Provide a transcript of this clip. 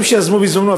חברים שיזמו בזמנו,